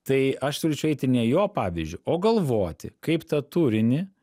tai aš siūlyčiau eiti ne jo pavyzdžiu o galvoti kaip tą turinį